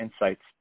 Insights